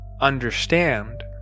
understand